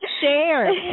share